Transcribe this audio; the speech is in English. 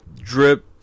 drip